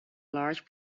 large